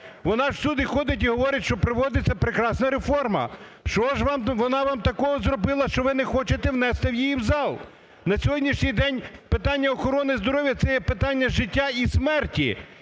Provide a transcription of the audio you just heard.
Вона всюди ходить і говорить, що проводиться прекрасна реформа. Що ж вона вам такого зробила, що ви не хочете внести її в зал? На сьогоднішній день питання охорони здоров'я – це є питання життя і смерті,